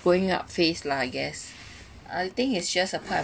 going up phase lah I guess I think is just a part